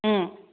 ꯎꯝ